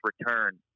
return